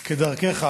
כדרכך,